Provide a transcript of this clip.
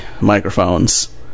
microphones